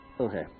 Okay